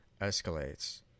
escalates